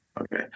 Okay